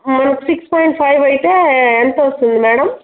మనకు six point five అయితే ఎంత వస్తుంది మేడం